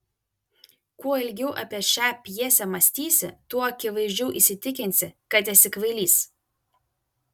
kuo ilgiau apie šią pjesę mąstysi tuo akivaizdžiau įsitikinsi kad esi kvailys